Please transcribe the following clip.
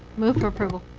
move for approval.